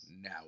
now